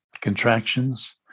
contractions